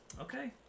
Okay